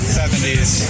70s